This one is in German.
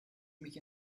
mich